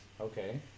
Okay